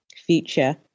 future